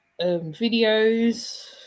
videos